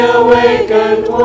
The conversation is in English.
awakened